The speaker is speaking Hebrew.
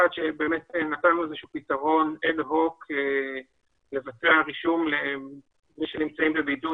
שבאמת נתנו איזשהו פתרון אד-הוק לבצע רישום למי שנמצאים בבידוד,